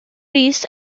rees